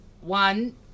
One